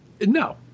No